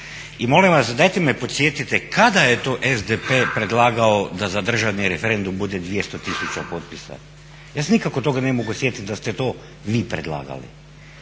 I molim vas, dajte me podsjetite kada je to SDP predlagao da za državni referendum bude 200 tisuća potpisa. Ja se nikako toga ne mogu sjetiti da ste to vi predlagali,